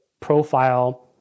profile